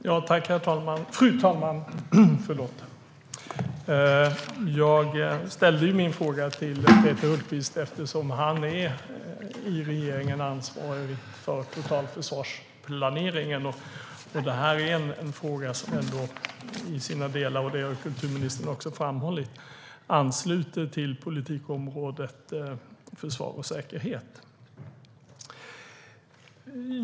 Fru talman! Jag ställde ju min fråga till Peter Hultqvist eftersom han i regeringen är ansvarig för totalförsvarsplaneringen. Detta är en fråga som ändå i sina delar ansluter till politikområdet försvar och säkerhet, vilket kulturministern också har framhållit.